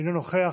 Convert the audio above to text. אינו נוכח.